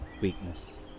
weakness